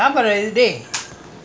சரி வேற:sari vera